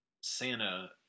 Santa